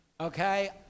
okay